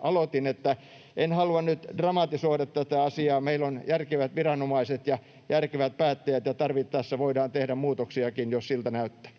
aloitin, että en halua nyt dramatisoida tätä asiaa. Meillä on järkevät viranomaiset ja järkevät päättäjät, ja tarvittaessa voidaan tehdä muutoksiakin, jos siltä näyttää.